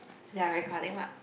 they are recording what